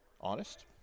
Honest